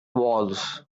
walls